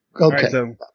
Okay